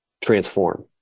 transform